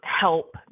help